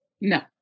No